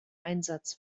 einsatz